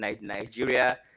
Nigeria